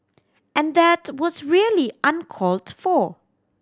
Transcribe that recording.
and that was really uncalled for